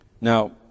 Now